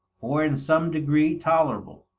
or in some degree tolerable.